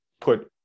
put